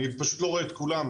אני פשוט לא רואה את כולם.